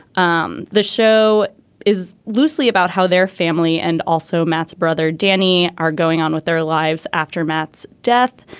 um the show is loosely about how their family and also matt's brother danny are going on with their lives aftermaths death.